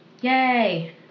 Yay